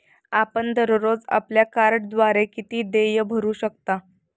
आपण दररोज आपल्या कार्डद्वारे किती देय भरू शकता?